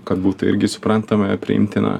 kad būtų irgi suprantama priimtina